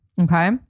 Okay